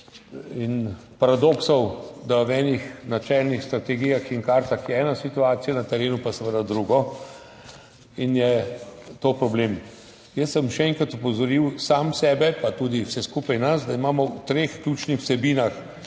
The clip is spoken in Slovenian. in paradoksov, da v enih načelnih strategijah in kartah je ena situacija, na terenu pa seveda drugo. In je to problem. Jaz sem še enkrat opozoril sam sebe pa tudi vse skupaj nas, da imamo v treh ključnih vsebinah